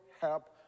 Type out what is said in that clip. help